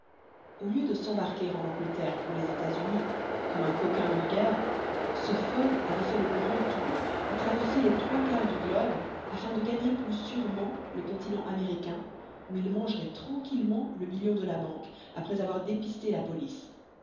au lieu de s'embarquer en angleterre pour les états-unis comme un coquin vulgaire ce fogg avait fait le grand tour et traversé les trois quarts du globe afin de gagner plus sûrement le continent américain où il mangerait tranquillement le million de la banque après avoir dépisté la police